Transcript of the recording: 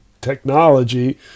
technology